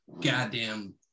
goddamn